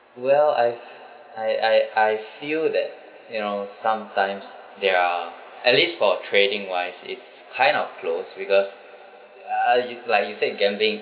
well I've I I I feel that you know sometimes there are at least for trading wise it's kind of close because ah you like you said gambling